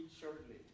shortly